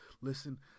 Listen